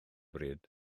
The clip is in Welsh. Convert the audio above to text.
bryd